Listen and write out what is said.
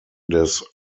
des